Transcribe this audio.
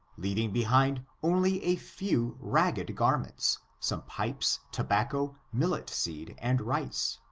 leaving behind only a few ragged garments, some pipes, tobacco, millet seed and rice.